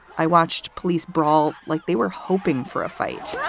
i watched police brawl like they were hoping for a fight.